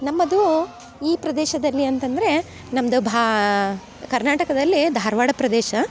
ನಮ್ಮದು ಈ ಪ್ರದೇಶದಲ್ಲಿ ಅಂತಂದರೆ ನಮ್ದು ಭಾ ಕರ್ನಾಟಕದಲ್ಲಿ ಧಾರವಾಡ ಪ್ರದೇಶ